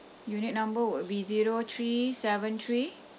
unit number would be zero three seven three